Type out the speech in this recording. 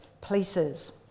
places